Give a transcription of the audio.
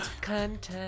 Content